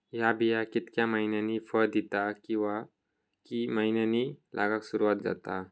हया बिया कितक्या मैन्यानी फळ दिता कीवा की मैन्यानी लागाक सर्वात जाता?